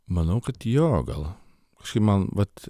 manau kad jo gal kažkaip man vat